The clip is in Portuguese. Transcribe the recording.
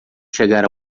chegar